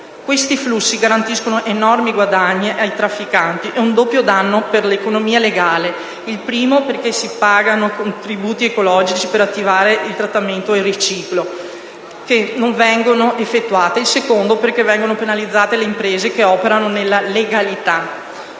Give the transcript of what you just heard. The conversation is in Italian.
Questi flussi garantiscono enormi guadagni ai trafficanti e un doppio danno per l'economia legale: il primo perché si pagano contributi ecologici per attività di trattamento e di riciclo che non vengono effettuate; il secondo perché vengono penalizzate le imprese che operano nella legalità.